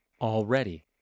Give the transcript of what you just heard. already